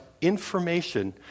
information